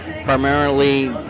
Primarily